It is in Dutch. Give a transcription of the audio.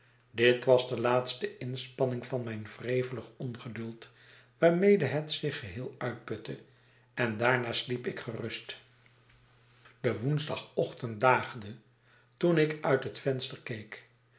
dit was de iaatste inspanning van mijn wrevelig ongeduld waarmede het zich geheel uitputte en daarna sliep ik gerust de woensdagochtend daagde toen ik uit het venster keek